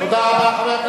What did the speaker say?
תודה רבה,